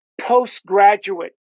postgraduate